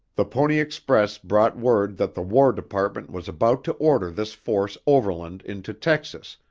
the pony express brought word that the war department was about to order this force overland into texas,